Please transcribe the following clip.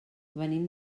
venim